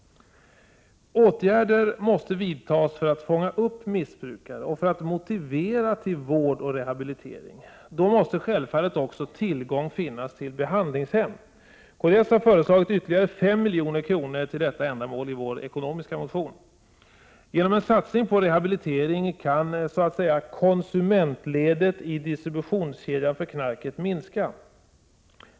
Åtgärder måste vidtas för att fånga upp missbrukare och för att motivera dem till vård och rehabilitering. Det måste då självfallet också finnas tillgång till behandlingshem. Kds har i sin ekonomiska motion föreslagit ytterligare 5 milj.kr. till detta ändamål. Genom en satsning på rehabilitering kan så att säga konsumentledet i distributionskedjan för knarket minska.